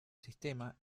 sistema